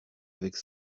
avec